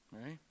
Right